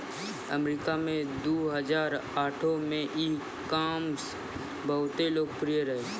अमरीका मे दु हजार आठो मे ई कामर्स बहुते लोकप्रिय रहै